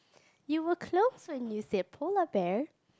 you were close when you said polar bear